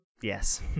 Yes